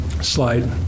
slide